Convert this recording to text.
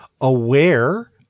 aware